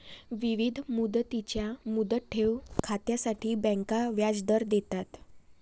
विविध मुदतींच्या मुदत ठेव खात्यांसाठी बँका व्याजदर देतात